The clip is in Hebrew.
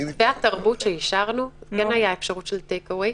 במופעי התרבות שאישרנו כן הייתה אפשרות של טייק-אווי.